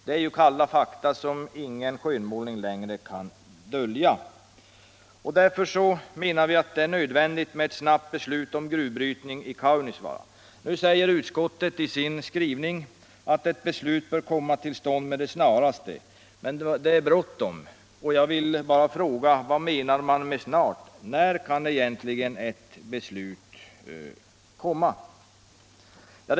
Det är kalla fakta, som ingen skönmålning längre kan dölja. Därför menar vi att det är nödvändigt med ett snabbt beslut om gruvbrytning i Kaunisvaara. Utskottet säger i sin skrivning att ett beslut bör komma till stånd med det snaraste. Det är bråttom. Jag vill bara fråga: Vad menar man med ”med det snaraste”? När kan egentligen ett beslut fattas?